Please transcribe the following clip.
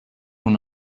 were